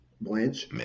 Blanche